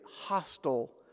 hostile